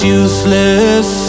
useless